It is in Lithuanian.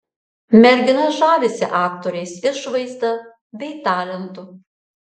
mergina žavisi aktorės išvaizda bei talentu